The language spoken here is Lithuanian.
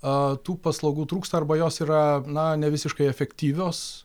a tų paslaugų trūksta arba jos yra na nevisiškai efektyvios